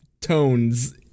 tones